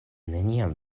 neniam